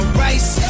rice